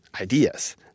ideas